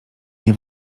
nie